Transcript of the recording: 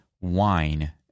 Wine